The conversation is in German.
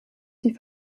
die